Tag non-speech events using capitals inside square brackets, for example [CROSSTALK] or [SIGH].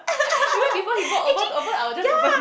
[NOISE] even before he walk over to open I will just open